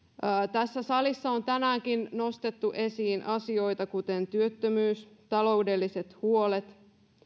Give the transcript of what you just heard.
tässä salissa on tänäänkin nostettu esiin asioita kuten työttömyys ja taloudelliset huolet